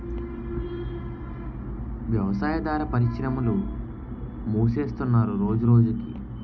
వ్యవసాయాదార పరిశ్రమలు మూసేస్తున్నరు రోజురోజకి